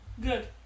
Good